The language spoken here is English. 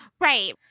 Right